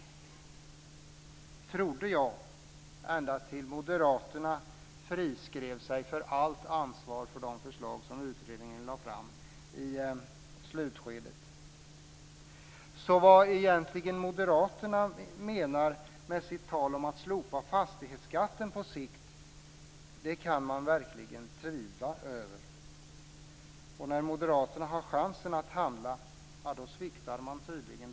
Det trodde jag ända tills moderaterna friskrev sig från allt ansvar för de förslag som utredningen lade fram i slutskedet. Så vad moderaterna egentligen menar med sitt tal om att slopa fastighetsskatten på sikt kan man verkligen undra över. När moderaterna har chansen att handla, då sviktar de tydligen.